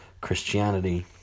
Christianity